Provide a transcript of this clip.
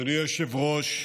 אדוני היושב-ראש,